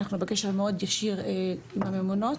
אנחנו בקשר מאוד ישיר עם הממונות.